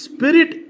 Spirit